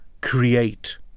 create